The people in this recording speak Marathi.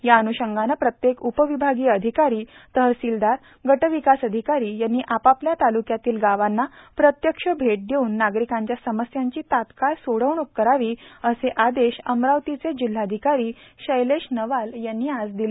या अन्षंगाने प्रत्येक उपविभागीय अधिकारी तहसीलदार गटविकास अधिकारी यांनी आपापल्या ताल्क्यातील गावांना प्रत्यक्ष भेटी देऊन नागरिकांच्या समस्यांची तत्काळ सोडवणूक करावी असे आदेश अमरावती जिल्हाधिकारी शैलेश नवाल यांनी आज दिले